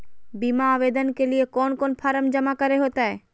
बीमा आवेदन के लिए कोन कोन फॉर्म जमा करें होते